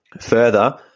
Further